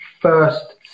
first